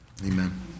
Amen